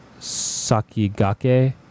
Sakigake